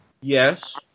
Yes